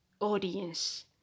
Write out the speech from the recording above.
audience